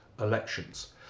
elections